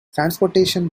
transportation